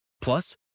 Plus